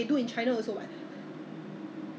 food you know what I mean like lunch dinner kind of selling